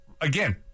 again